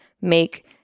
make